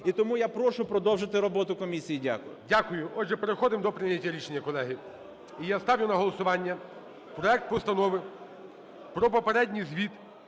І тому я прошу продовжити роботу комісії. Дякую. ГОЛОВУЮЧИЙ. Дякую. Отже, переходимо до прийняття рішення, колеги. І я ставлю на голосування проект Постанови про попередній звіт